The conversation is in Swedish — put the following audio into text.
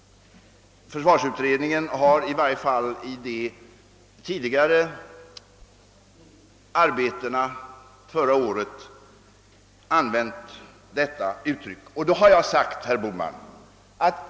Försvarsutredningen har i varje fall använt detta uttryck i de tidigare. arbetena förra året.